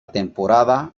temporada